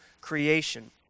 creation